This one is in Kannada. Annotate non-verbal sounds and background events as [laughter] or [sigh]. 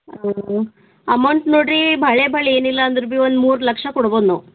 [unintelligible] ಅಮೌಂಟ್ ನೋಡಿರಿ ಬಹಳ ಬಹಳ ಏನಿಲ್ಲ ಅಂದ್ರೂ ಭೀ ಒಂದು ಮೂರು ಲಕ್ಷ ಕೊಡ್ಬೋದು ನಾವು